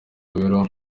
biro